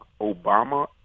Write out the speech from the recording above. Obama